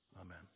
Amen